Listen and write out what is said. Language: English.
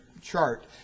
chart